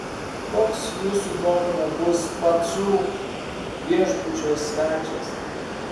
koks jūsų nuomone bus pacų viešbučio svečias